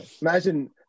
Imagine